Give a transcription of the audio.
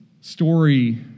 story